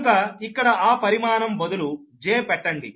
కనుక ఇక్కడ ఆ పరిమాణం బదులు j పెట్టండి